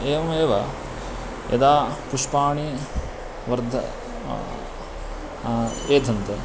एवमेव यदा पुष्पाणि वर्ध एधन्ते